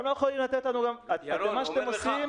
מה שאתם עושים,